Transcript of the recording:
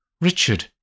Richard